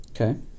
Okay